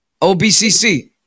OBCC